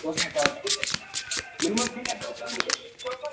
okay sir minimum fees ఎంత ఉంది sir మీది